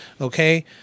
Okay